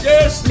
Yes